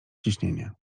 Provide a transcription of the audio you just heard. ciśnienie